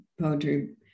poetry